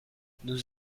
nous